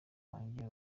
wanjye